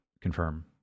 confirm